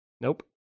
nope